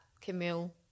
Camille